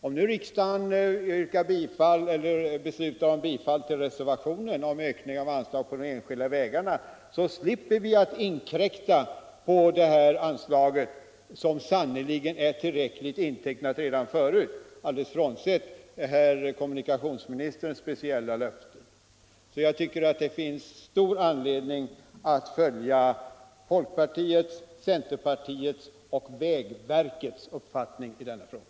Om riksdagen nu beslutar bifalla reservationen om ökning av anslaget till de enskilda vägarna, så slipper vi att inkräkta på det andra anslaget, som sannerligen är tillräckligt intecknat redan förut, alldeles frånsett kommunikationsministerns speciella löfte. Jag tycker alltså det finns stor anledning att följa folkpartiets, centerpartiets och vägverkets uppfattning i denna fråga.